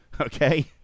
Okay